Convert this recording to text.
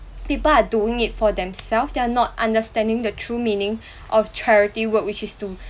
people are doing it for themselves they are not understanding the true meaning of charity work which is to